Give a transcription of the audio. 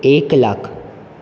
एक लाख